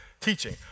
Teaching